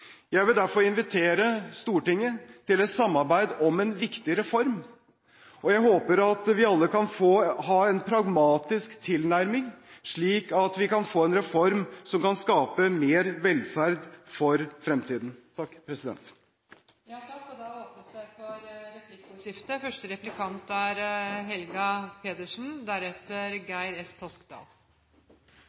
Jeg vil derfor invitere Stortinget til et samarbeid om en viktig reform, og jeg håper at vi alle kan ha en pragmatisk tilnærming, slik at vi kan få en reform som kan skape mer velferd for fremtiden. Det blir replikkordskifte. Jeg vil gratulere Jan Tore Sanner med å ha fått ansvar for mange viktige politikkområder, og jeg takker for invitasjonen til samarbeid. Det er